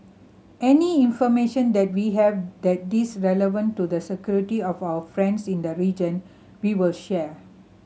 any information that we have that this relevant to the security of our friends in the region we will share